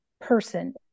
person